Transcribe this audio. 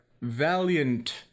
valiant